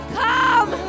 come